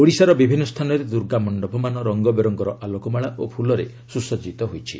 ଓଡ଼ିଶାର ବିଭିନ୍ନ ସ୍ଥାନରେ ଦୁର୍ଗା ମଣ୍ଡପମାନ ରଙ୍ଗବେରଙ୍ଗର ଆଲୋକମାଳା ଓ ଫୁଲରେ ସୁସଜିତ ହୋଇଛି